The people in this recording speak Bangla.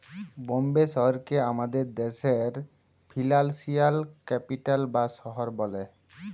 বম্বে শহরকে আমাদের দ্যাশের ফিল্যালসিয়াল ক্যাপিটাল বা শহর ব্যলে